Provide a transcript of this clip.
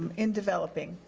in developing,